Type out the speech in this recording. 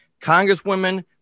Congresswomen